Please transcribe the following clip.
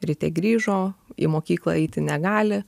ryte grįžo į mokyklą eiti negali